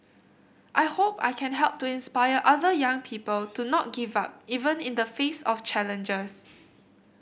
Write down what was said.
I hope I can help to inspire other young people to not give up even in the face of challenges